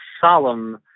solemn